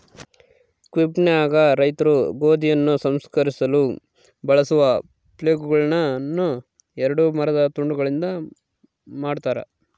ಕ್ವಿಬೆಕ್ನಾಗ ರೈತರು ಗೋಧಿಯನ್ನು ಸಂಸ್ಕರಿಸಲು ಬಳಸುವ ಫ್ಲೇಲ್ಗಳುನ್ನ ಎರಡು ಮರದ ತುಂಡುಗಳಿಂದ ಮಾಡತಾರ